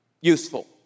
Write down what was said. useful